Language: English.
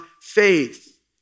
faith